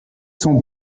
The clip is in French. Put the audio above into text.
sont